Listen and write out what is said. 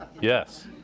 Yes